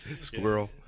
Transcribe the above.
Squirrel